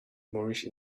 moorish